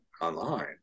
online